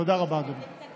תודה רבה, אדוני.